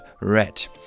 red